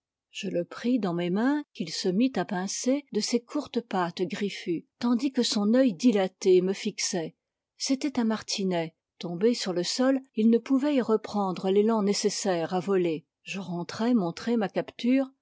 je le pris dans mes mains qu'il se mit à pincer de ses courtes pattes griffues tandis que son œil dilaté me fixait c'était un martinet tombé sur le sol il ne pouvait y reprendre l'élan nécessaire à voler je rentrai montrer ma capture